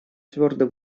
твердо